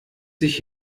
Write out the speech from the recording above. sich